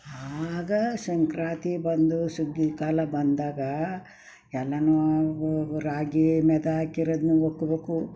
ಆಗ ಸಂಕ್ರಾತಿ ಬಂದು ಸುಗ್ಗಿ ಕಾಲ ಬಂದಾಗ ಎಲ್ಲನೂ ರಾಗಿ ಮೆದು ಹಾಕಿರೋದ್ನೂ ಒಪ್ಕೊಳ್ಬೇಕು